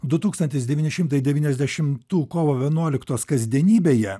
du tūkstantis devyni šimtai devyniasdešimtų kovo vienuoliktos kasdienybėje